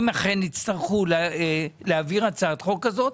אם אכן יצטרכו להעביר הצעת חוק כזאת,